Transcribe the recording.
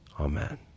Amen